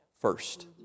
first